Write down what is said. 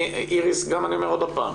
גם אני אומר שוב.